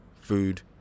Food